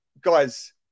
guys